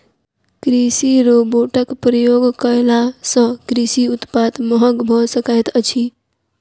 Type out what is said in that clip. कृषि रोबोटक प्रयोग कयला सॅ कृषि उत्पाद महग भ सकैत अछि